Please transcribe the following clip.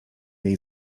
jej